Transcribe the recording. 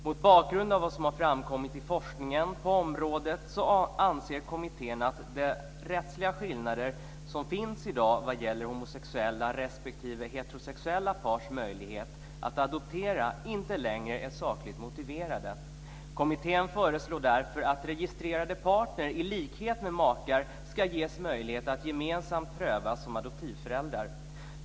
Mot bakgrund av vad som har framkommit i forskningen på området anser kommittén att de rättsliga skillnader som finns i dag vad gäller homosexuella respektive heterosexuella pars möjligheter att adoptera inte längre är sakligt motiverade. Kommittén föreslår därför att registrerade partner i likhet med makar ska ges möjlighet att gemensamt prövas som adoptivföräldrar.